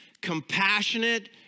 compassionate